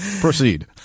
Proceed